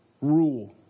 rule